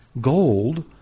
gold